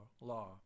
Law